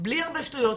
בלי הרבה שטויות,